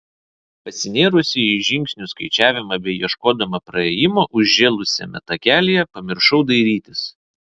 pasinėrusi į žingsnių skaičiavimą bei ieškodama praėjimo užžėlusiame takelyje pamiršau dairytis